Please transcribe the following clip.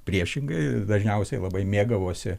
priešingai dažniausiai labai mėgavosi